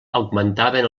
augmentaven